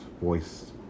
voice